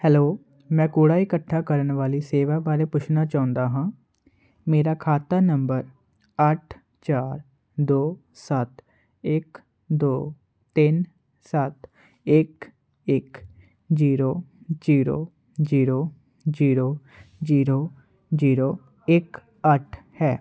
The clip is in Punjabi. ਹੈਲੋ ਮੈਂ ਕੂੜਾ ਇਕੱਠਾ ਕਰਨ ਵਾਲੀ ਸੇਵਾ ਬਾਰੇ ਪੁੱਛਣਾ ਚਾਹੁੰਦਾ ਹਾਂ ਮੇਰਾ ਖਾਤਾ ਨੰਬਰ ਅੱਠ ਚਾਰ ਦੋ ਸੱਤ ਇੱਕ ਦੋ ਤਿੰਨ ਸੱਤ ਇੱਕ ਇੱਕ zero zero zero zero zero zero ਇੱਕ ਅੱਠ ਹੈ